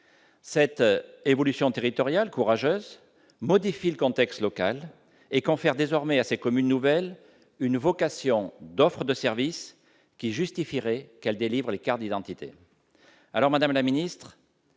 évolution territoriale modifie le contexte local et confère désormais à ces communes nouvelles une vocation d'offre de services, qui justifierait qu'elles délivrent les cartes d'identité.